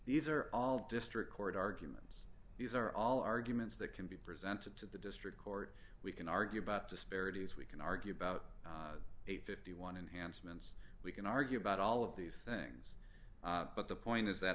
these are all district court arguments these are all arguments that can be presented to the district court we can argue about disparities we can argue about a fifty one enhanced minutes we can argue about all of these things but the point is that